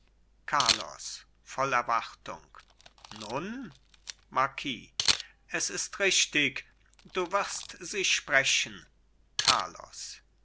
carlos voll erwartung nun marquis es ist richtig du wirst sie sprechen carlos